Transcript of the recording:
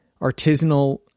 artisanal